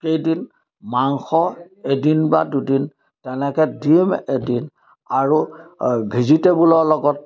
কেইদিন মাংস এদিন বা দুদিন তেনেকৈ ডিম এদিন আৰু ভিজিটেবুলৰ লগত